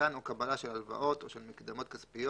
מתן או קבלה של הלוואות או של מקדמות כספיות